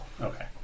Okay